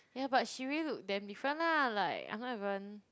yeah but she really look damn different lah like I'm not even